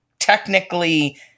Technically